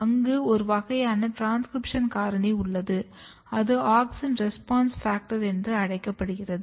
அங்கு ஒரு வகையான டிரான்ஸ்கிரிப்ஷன் காரணி உள்ளது அது AUXIN RESPONSE FACTOR என்று அழைக்கப்படுகிறது